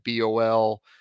BOL